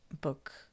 book